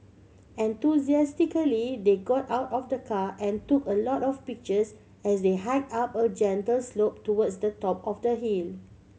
enthusiastically they got out of the car and took a lot of pictures as they hike up a gentle slope towards the top of the hill